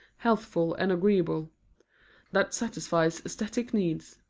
healthful and agreeable that satisfies aesthetic needs